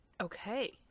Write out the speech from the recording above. Okay